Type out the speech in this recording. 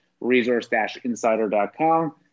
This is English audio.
resource-insider.com